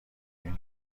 این